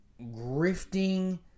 grifting